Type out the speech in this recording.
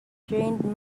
trained